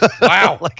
Wow